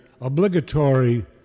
obligatory